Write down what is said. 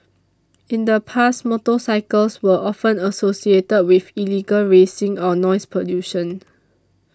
in the past motorcycles were often associated with illegal racing or noise pollution